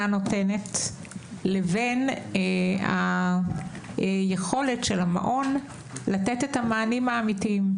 נותנת לבין היכולת של המעון לתת את המענים האמיתיים.